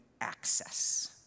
access